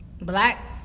Black